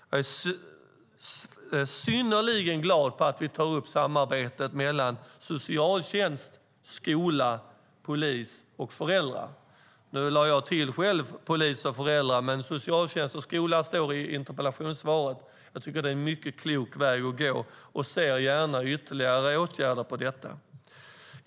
Jag är synnerligen glad för att vi tar upp samarbetet mellan socialtjänst, skola, polis och föräldrar. Jag lade själv till polis och föräldrar, men socialtjänst och skola nämns i interpellationssvaret, och det tycker jag är en mycket klok väg att gå och ser gärna ytterligare sådana åtgärder.